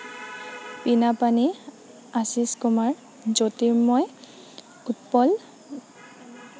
Binapani Ashish Kumar Jyotirmoy Utpal